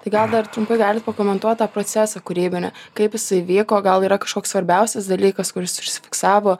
tai gal dar trumpai galit pakomentuot tą procesą kūrybinį kaip jisai vyko gal yra kažkoks svarbiausias dalykas kuris užsifiksavo